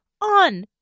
on